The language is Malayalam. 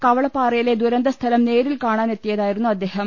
കവളപ്പാറയിലെ ദുരന്തസ്ഥലം നേരിൽകാണാൻ എത്തിയ തായിരുന്നു അദ്ദേഹം